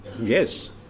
Yes